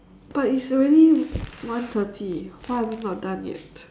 but it's already one thirty why are we not done yet